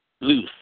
Loose